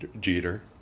Jeter